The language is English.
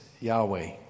Yahweh